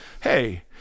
hey